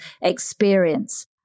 experience